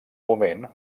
moment